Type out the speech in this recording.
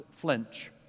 flinch